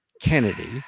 Kennedy